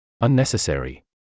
unnecessary